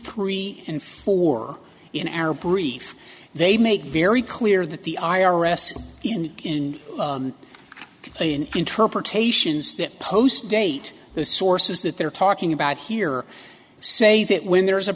three and four in arab brief they make very clear that the i r s in a in interpretations that post date the sources that they're talking about here say that when